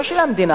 לא של המדינה.